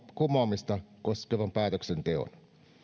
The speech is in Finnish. kumoamista koskevan päätöksenteon